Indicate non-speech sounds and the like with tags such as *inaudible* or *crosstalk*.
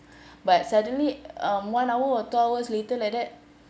*breath* but suddenly um one hour or two hours later like that